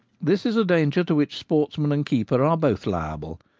this is a danger to which sportsman and keeper are both liable,